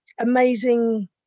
amazing